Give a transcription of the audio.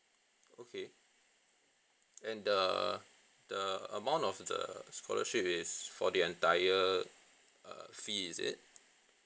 okay and the the amount of the scholarship is for the entire err fee is it